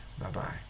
Bye-bye